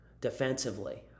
defensively